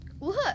Look